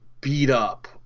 beat-up